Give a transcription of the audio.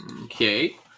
Okay